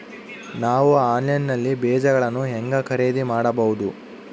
ನಾವು ಆನ್ಲೈನ್ ನಲ್ಲಿ ಬೇಜಗಳನ್ನು ಹೆಂಗ ಖರೇದಿ ಮಾಡಬಹುದು?